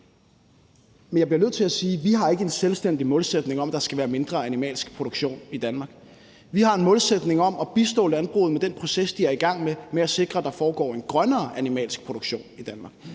Men jeg bliver nødt til at sige: Vi har ikke en selvstændig målsætning om, at der skal være mindre animalsk produktion i Danmark. Vi har en målsætning om at bistå landbruget med den proces, de er i gang med, for at sikre, at der foregår en grønnere animalsk produktion i Danmark,